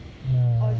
ya